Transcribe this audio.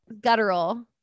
Guttural